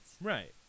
right